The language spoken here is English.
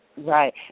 Right